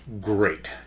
Great